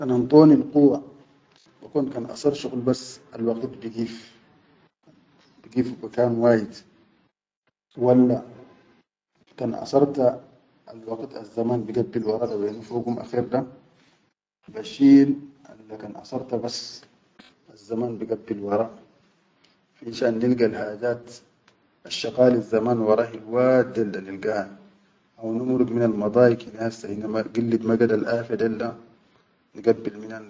Kan andonil quwwa bekon kan asar shuqul bas alwaqit bigif, bigif bikan wahid walla kan asar alwaqit azzaman bigabbil wara da wenu fogum akher, da bashil alle kan asarta bas azzaman bigabbil wara, finshan nilgal hajaat asshaqalizzaman wara hilwaat dela da nilgahan, haw nimuruk minal madayik hine hassa hine gillit magadal afe dol da.